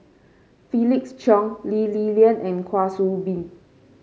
Felix Cheong Lee Li Lian and Kwa Soon Bee